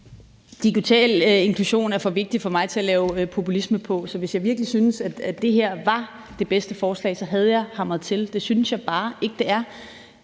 Digital inklusion er derfor for vigtigt for mig, til at jeg vil lave populisme på det, så hvis jeg virkelig havde syntes, at det her var det bedste forslag, så havde jeg hamret til. Det hedder MitID, det